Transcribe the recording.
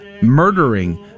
murdering